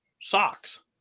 socks